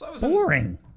Boring